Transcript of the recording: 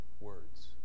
words